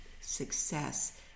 success